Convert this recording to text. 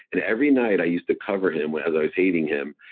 and every night i used to cover him as i was hating him,